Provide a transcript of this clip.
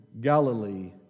Galilee